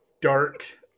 dark